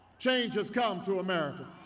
change has come to america.